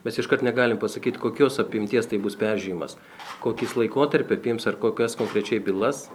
mes iškart negalim pasakyt kokios apimties tai bus peržiūrėjimas kokį jis laikotarpį apims ar kokias konkrečiai bylas